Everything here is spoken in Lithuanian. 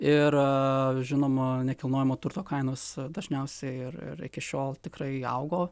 ir žinoma nekilnojamo turto kainos dažniausiai ir ir iki šiol tikrai augo